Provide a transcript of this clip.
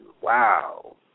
wow